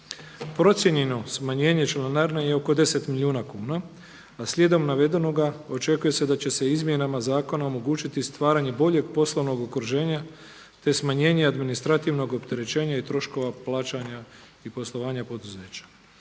Procijenjeno smanjenje članarina je oko 10 milijuna kuna, a slijedom navedenoga očekuje se da će se izmjenama zakona omogućiti stvaranje boljeg poslovnog okruženja te smanjenje administrativnog opterećenja i troškova plaćanja i poslovanja poduzeća.